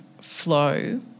flow